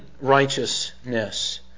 righteousness